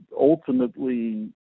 ultimately